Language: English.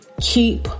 keep